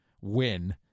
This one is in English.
win